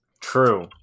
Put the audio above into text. True